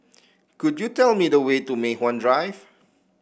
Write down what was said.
could you tell me the way to Mei Hwan Drive